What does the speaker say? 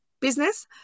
business